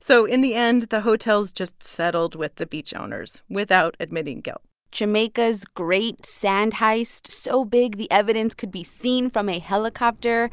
so in the end, the hotels just settled with the beach owners without admitting guilt jamaica's great sand heist, so big the evidence could be seen from a helicopter